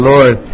Lord